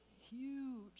huge